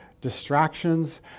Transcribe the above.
distractions